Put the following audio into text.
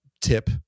tip-